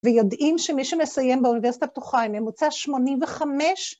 ויודעים שמי שמסיים באוניברסיטה הפתוחה עם ממוצע 85.